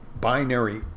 binary